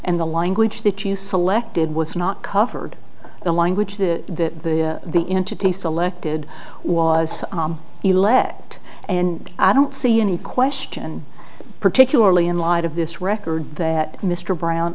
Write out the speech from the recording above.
and the language that you selected was not covered the language to the entity selected was elect and i don't see any question particularly in light of this record that mr brown